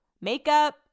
makeup